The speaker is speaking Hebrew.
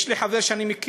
יש לי חבר, אני מכיר,